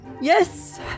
Yes